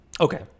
Okay